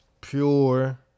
pure